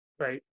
right